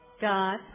God